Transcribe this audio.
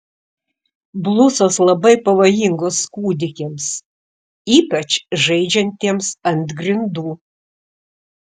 blusos labai pavojingos kūdikiams ypač žaidžiantiems ant grindų